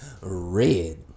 red